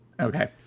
okay